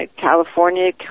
California